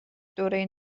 دوره